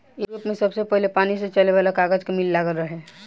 Europe में सबसे पहिले पानी से चले वाला कागज के मिल लागल रहे